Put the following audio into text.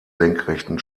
senkrechten